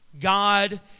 God